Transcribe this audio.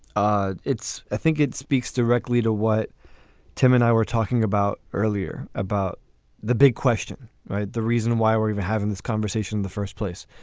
it's i think it speaks directly to what tim and i were talking about earlier, about the big question. right. the reason why we're even having this conversation in the first place,